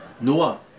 Noah